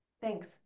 thanks